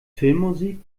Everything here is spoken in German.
filmmusik